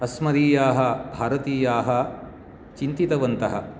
अस्मदीयाः भारतीयाः चिन्तितवन्तः